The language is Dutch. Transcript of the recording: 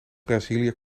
brazilië